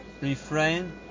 refrain